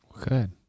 Good